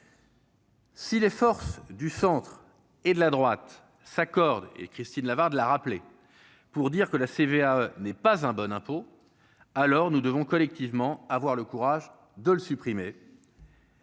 Si les forces du centre et de la droite s'accordent et Christine Lavarde, la rappeler pour dire que la CEVA n'est pas un bon impôt, alors nous devons collectivement à avoir le courage de le supprimer.